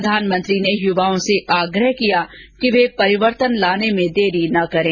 प्रधानमंत्री ने युवाओं से आग्रह किया कि वे परिवर्तन लाने में देरी न करें